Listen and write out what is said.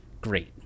great